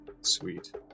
Sweet